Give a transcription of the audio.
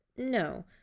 No